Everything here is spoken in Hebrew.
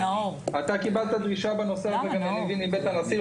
אתה קיבלת דרישה בנושא הזה מבית הנשיא,